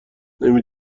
نمی